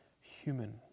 human